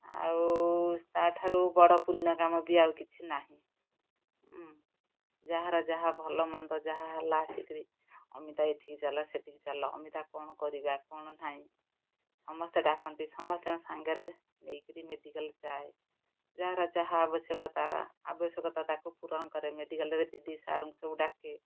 ଆଉ ତା' ଠାରୁ ବଡ଼ ପୂଣ୍ୟ କାମ ବି ଆଉ କିଛି ନାହିଁ ଯାହାର ଯାହା ଭଲମନ୍ଦ ଯାହା ହେଲା ଆସିକିରି ଅମିତା ଏଠିକି ଚାଲ ସେଠିକି ଚାଲ ଅମିତା କ'ଣ କରିବା କ'ଣ ନାହିଁ ସମସ୍ତେ ଡ଼ାକନ୍ତି ସମସ୍ତଙ୍କ ସାଙ୍ଗରେ ନେଇକିରି ମେଡ଼ିକାଲ୍ ଯାଏ ଯାହାର ଯାହା ଆବଶ୍ୟକତା ଆବଶ୍ୟକତା ତା'କୁ ପୁରଣ କରେ ମେଡ଼ିକାଲ୍ରେ ଦିଦି ସାର୍ଙ୍କୁ ସବୁ ଡାକେ